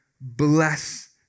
bless